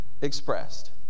expressed